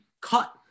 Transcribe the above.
cut